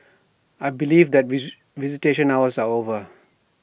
I believe that visitation hours are over